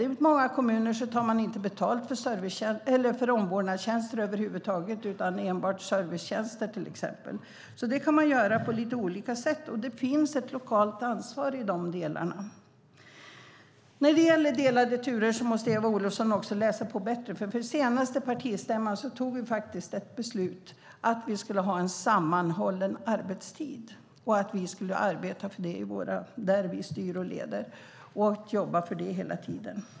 I många kommuner tar man inte betalt för omvårdnadstjänster över huvud taget utan enbart för till exempel servicetjänster. Det kan man göra på lite olika sätt. Det finns ett lokalt ansvar i de delarna. När det gäller delade turer måste Eva Olofsson läsa på bättre. Vid senaste partistämman fattade vi beslut om att vi skulle ha en sammanhållen arbetstid och att vi skulle arbeta för det där vi styr och leder och jobba för det hela tiden.